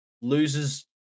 loses